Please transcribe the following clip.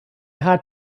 had